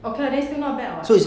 okay [what] that's still not bad [what]